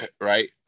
right